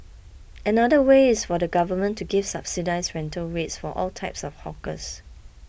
another way is for the government to give subsidised rental rates for all types of hawkers